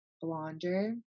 blonder